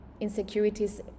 insecurities